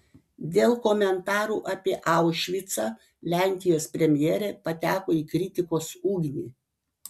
dėl komentarų apie aušvicą lenkijos premjerė pateko į kritikos ugnį